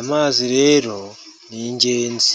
Amazi rero ni ingenzi.